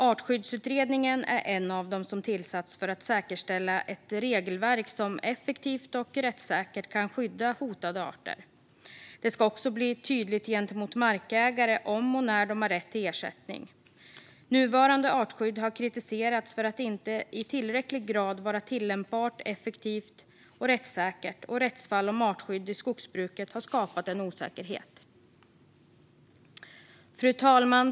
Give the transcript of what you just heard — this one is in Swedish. Artskyddsutredningen är en av dem som tillsatts för att säkerställa ett regelverk som effektivt och rättssäkert kan skydda hotade arter. Det ska också bli tydligt gentemot markägare om och när de har rätt till ersättning. Nuvarande artskydd har kritiserats för att inte i tillräcklig grad vara tillämpbart, effektivt och rättssäkert, och rättsfall om artskydd i skogsbruket har skapat osäkerhet. Fru talman!